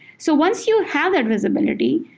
so once you have that visibility,